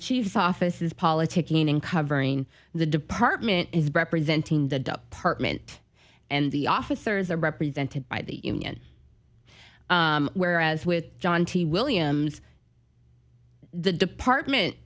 chief's office is politicking in covering the department is representing the dup partment and the officers are represented by the union whereas with john t williams the department